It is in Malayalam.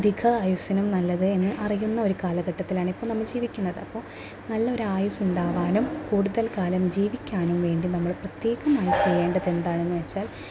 അധിക ആയുസ്സിനും നല്ലത് എന്ന് അറിയുന്നൊരു കാലഘട്ടത്തിലാണ് ഇപ്പോൾ നമ്മൾ ജീവിക്കുന്നത് അപ്പോൾ നല്ലൊരായുസ്സ് ഉണ്ടാകാനും കൂടുതൽ കാലം ജീവിക്കാനും വേണ്ടി നമ്മൾ പ്രത്യേകമായി ചെയ്യേണ്ടതെന്താണെന്ന് വെച്ചാൽ